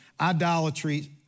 idolatry